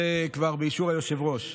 זה כבר באישור היושב-ראש.